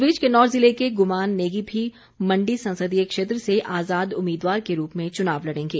इस बीच किन्नौर ज़िले के गुमान नेगी भी मण्डी संसदीय क्षेत्र से आज़ाद उम्मीदवार के रूप में चुनाव लड़ेंगे